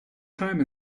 time